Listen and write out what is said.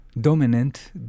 dominant